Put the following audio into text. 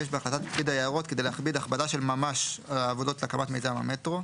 את העצמאות לעצור את הקמת הדפו.